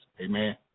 Amen